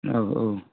औ औ